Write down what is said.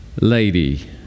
lady